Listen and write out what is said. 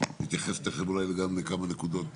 נתייחס תיכף אולי לכמה נקודות,